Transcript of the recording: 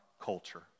culture